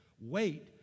wait